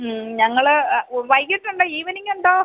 ഞങ്ങൾ വൈകീട്ട് ഉണ്ടോ ഈവനിംഗ് ഉണ്ടോ